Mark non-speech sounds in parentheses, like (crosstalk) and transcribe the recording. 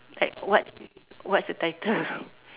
like what what's the title (laughs)